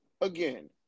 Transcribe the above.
again